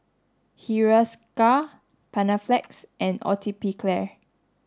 Hiruscar Panaflex and Atopiclair